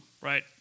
right